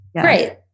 great